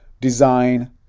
design